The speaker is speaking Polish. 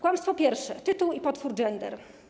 Kłamstwo pierwsze - tytuł i potwór gender.